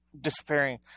disappearing